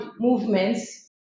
movements